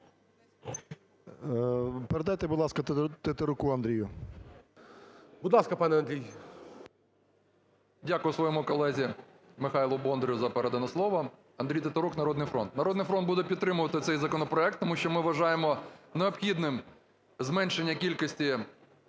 Передайте, будь ласка, Тетеруку Андрію. ГОЛОВУЮЧИЙ. Будь ласка, пане Андрій. 17:34:46 ТЕТЕРУК А.А. Дякую своєму колезі Михайлу Бондарю за передане слово. Андрій Тетерук, "Народний фронт". "Народний фронт" буде підтримувати цей законопроект, тому що, ми вважаємо, необхідним зменшення кількості